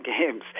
games